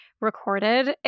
recorded